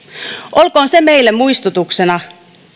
olkoon se meille muistutuksena